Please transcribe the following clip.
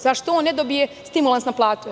Zašto on ne dobije stimulans na platu?